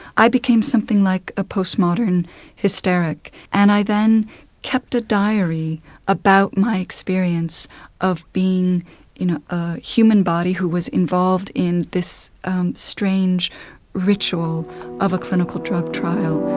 i became something like a post-modern hysteric, and then kept a diary about my experience of being you know a human body who was involved in this strange ritual of a clinical drug trial.